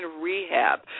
rehab